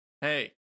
Hey